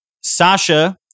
Sasha